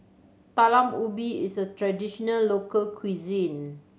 Talam Ubi is a traditional local cuisine